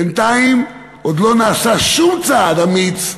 בינתיים עוד לא נעשה שום צעד אמיץ.